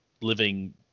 living